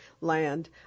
land